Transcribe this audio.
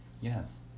Yes